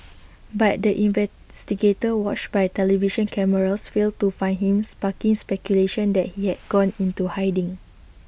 but the investigators watched by television cameras failed to find him sparking speculation that he had gone into hiding